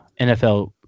NFL